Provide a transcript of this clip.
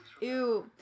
Ew